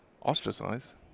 ostracize